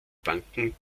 banken